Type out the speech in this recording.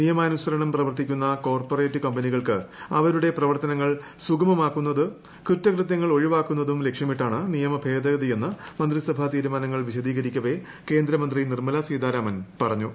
നിയമാനുസരണം പ്രവർത്തിക്കുന്ന കോർപ്പറേറ്റ് കമ്പനികൾക്ക് അവരുടെ പ്രവർത്തനങ്ങൾ സുഗമമാക്കുന്നതും കുറ്റകൃത്യങ്ങൾ ഒഴിവാക്കുന്നതും ലക്ഷ്യമിട്ടാണ് നിയമ ഭേദഗതിയെന്ന് മിന്ത്രിസഭാ തീരുമാനങ്ങൾ വിശദീകരിക്കവെ കേന്ദ്രമന്ത്രി നിർമ്മലാ സ്ീതാരാമൻ പറഞ്ഞു